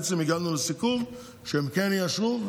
הגענו לסיכום שהם כן יאשרו.